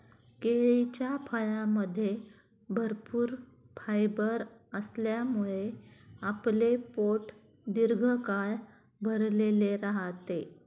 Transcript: केळीच्या फळामध्ये भरपूर फायबर असल्यामुळे आपले पोट दीर्घकाळ भरलेले राहते